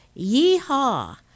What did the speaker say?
Yeehaw